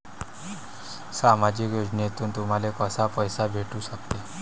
सामाजिक योजनेतून तुम्हाले कसा पैसा भेटू सकते?